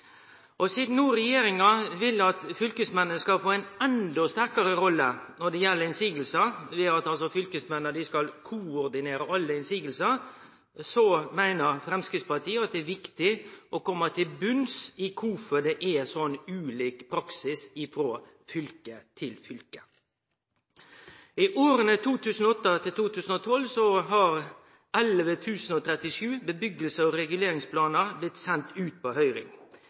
Sidan no regjeringa vil at fylkesmennene skal få ei endå sterkare rolle når det gjeld motsegner, ved at fylkesmennene skal koordinere alle motsegner, meiner Framstegspartiet at det er viktig å kome til botnen i kvifor det er så ulike praksis frå fylke til fylke. I åra 2008–2012 har 11 037 byggje- og reguleringsplanar blitt sende ut på høyring.